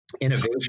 innovation